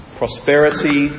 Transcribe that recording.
prosperity